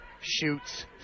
shoots